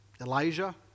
Elijah